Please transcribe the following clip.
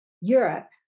Europe